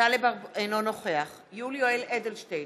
אינו נוכח יולי יואל אדלשטיין,